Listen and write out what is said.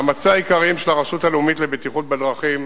מאמציה העיקריים של הרשות הלאומית לבטיחות בדרכים